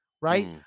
right